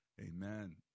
amen